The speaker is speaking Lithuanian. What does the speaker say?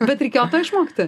bet reikėjo to išmokti